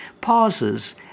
pauses